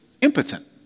impotent